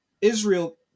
Israel